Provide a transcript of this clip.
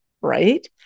right